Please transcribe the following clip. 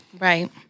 Right